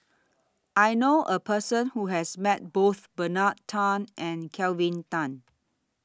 I knew A Person Who has Met Both Bernard Tan and Kelvin Tan